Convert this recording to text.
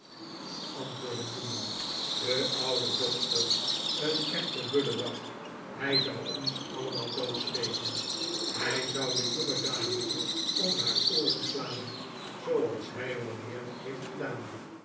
antwoordde newman de oude bobster een echte bullebak hij zou ons allemaal doodsteken hij zou de jongedame om haar ooren slaan zooals hij wel meer heeft gedaan